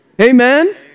Amen